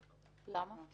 למה?